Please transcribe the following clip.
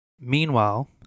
Meanwhile